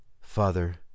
father